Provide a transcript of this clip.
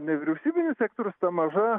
nevyriausybinis sektorius ta maža